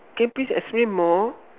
can you please explain more